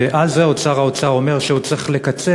ועל זה עוד שר האוצר אומר שהוא צריך לקצץ